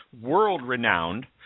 world-renowned